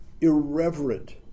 irreverent